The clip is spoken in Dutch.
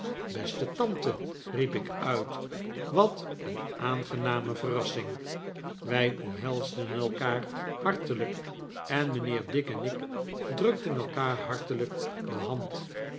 beste tante riep ik uit wat een aangename verrassing wij omhelsden elkaar hartelijk en mijnheer dick en ik drukten elkaar hartelijk de hand